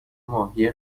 ماهی